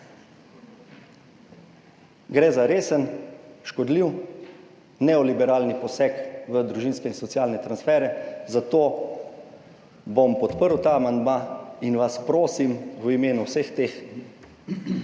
Gre za resen, škodljiv neoliberalni poseg v družinske in socialne transferje, zato bom podprl ta amandma in vas prosim v imenu vseh teh,